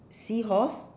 seahorse